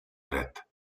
dret